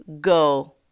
go